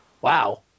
wow